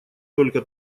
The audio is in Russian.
только